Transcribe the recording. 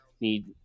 need